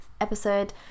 episode